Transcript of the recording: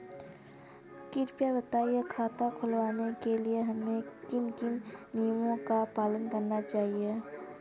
कृपया बताएँ खाता खुलवाने के लिए हमें किन किन नियमों का पालन करना चाहिए?